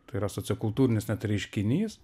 tai yra sociokultūrinis net reiškinys